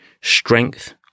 strength